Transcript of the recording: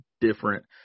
different